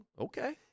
Okay